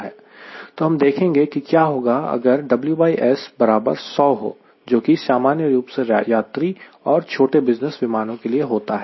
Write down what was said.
तो हम देखेंगे कि क्या होगा अगर WS 100 हो जो कि सामान्य रूप से यात्री और छोटे बिज़नेस विमानों के लिए होता है